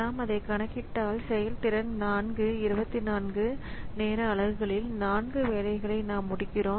நாம் அதை கணக்கிட்டால் செயல்திறன் 4 24 நேர அலகுகளில் 4 வேலைகளை நாம் முடிக்கிறோம்